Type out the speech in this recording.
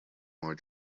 more